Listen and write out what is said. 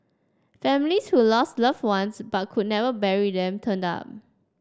families who lost loved ones but could never bury them turned up